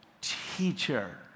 teacher